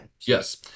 Yes